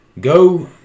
Go